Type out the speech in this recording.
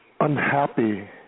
unhappy